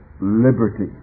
liberty